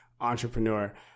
entrepreneur